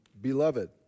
beloved